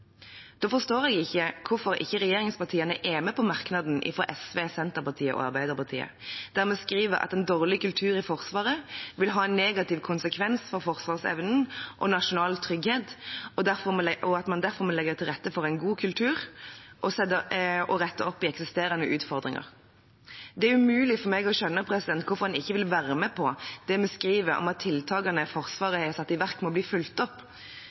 Da forstår jeg ikke hvorfor ikke regjeringspartiene er med på merknaden fra SV, Senterpartiet og Arbeiderpartiet der vi skriver at en dårlig kultur i Forsvaret vil ha en negativ konsekvens for forsvarsevnen og nasjonal trygghet, og at man derfor må legge til rette for en god kultur og rette opp i eksisterende utfordringer. Det er umulig for meg å skjønne hvorfor en ikke vil være med på det vi skriver om at tiltakene Forsvaret har satt i verk, må bli fulgt opp.